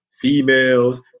females